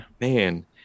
man